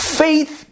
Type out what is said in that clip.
faith